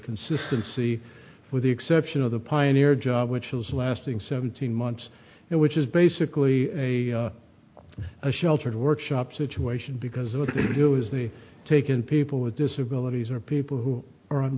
consistency with the exception of the pioneer job which was lasting seventeen months and which is basically a a sheltered workshop situation because it would do is they take in people with disabilities or people who are on